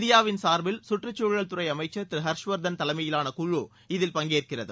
இந்தியாவின் சார்பில் சுற்றுச்சூழல்துறை அமைச்சர் திரு ஹர்ஷ்வர்தன் தலைமையிலான குழு இதில் பங்கேற்கிறது